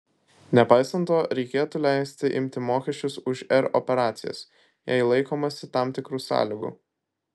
nepaisant to reikėtų leisti imti mokesčius už r operacijas jei laikomasi tam tikrų sąlygų